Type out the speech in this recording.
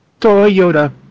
Toyota